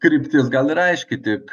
kryptis gal ir aiški tik